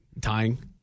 Tying